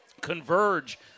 converge